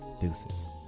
Deuces